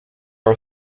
are